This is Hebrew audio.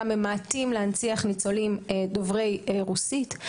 ממעטים להנציח ניצולים דוברי רוסית.